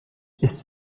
ist